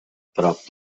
prop